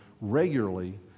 regularly